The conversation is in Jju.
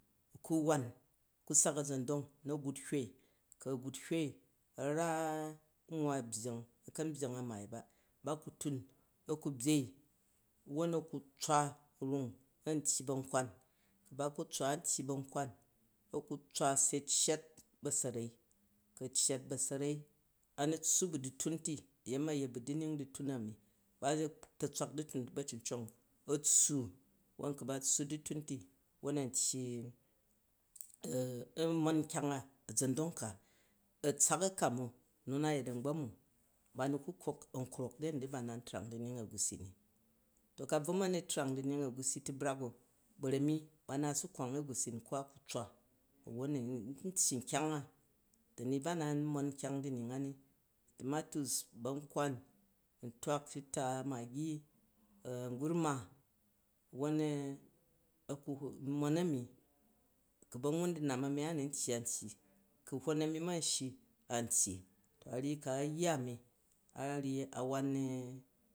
Ạ ku wan, a̱ ku̱ sak a̱za̱ndong, na̱ gut hwei ku gut hwei a̱ ra nwwa byya̱ng na kan byya̱ng a̱maai ba wwon ba ku tun, a̱ ku byei wwon a̱ ku tswa u̱ rung an tyyi ba̱nkwan ku̱ ba ku tswa an tyyi ba̱nkwan a̱ ku tswa se a ccet ba̱sa̱rei. Ku̱ a ccet ba̱sa̱rei, a̱ ni tsswu bu ḍtun ti, a̱ nuu, a̱ yet bu du̱nying ḍtung a̱ mi du̱tung ami ba e a̱tatswak du̱tung ti ba̱cincag, a̱ tsswu, wwon ku ba tsswa du̱tung ti. Wwon a tyyi, i i wwon a mon nkyang a, a̱ za̱ndung ka, atsak a kapn nu ayet anghom u, ba nu ka kok angrok da̱ ni dụ ba na ntrang du̱nying egusi ni. Ku̱ abvo mu ni trang du̱nying egusi ti myang, bara m ba naat a̱ su kwan egu̱si nu ko a tswa wwon n tyyi nkyang, du̱ ni du̱ ba na nwan nkyang du̱nying a ni, tomatur bankwai, a̱maggi ntwak shitaa, an gurna, wwon ahe ku mon a̱mi, ku ba̱wun du̱nan a̱mi a̱ni tyyi ar tyyi ku̱ hwon a̱mi man shyi an tyyi to ku̱ ayya a̱mi a̱ wan